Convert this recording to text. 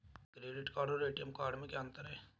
Credit card और ATM card में क्या अंतर है?